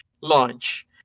launch